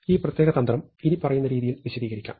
ഈ പ്രത്യേക തന്ത്രം ഇനിപ്പറയുന്ന രീതിയിൽ വിശദീകരിക്കാം